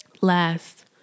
Last